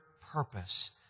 purpose